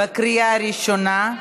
בקריאה ראשונה.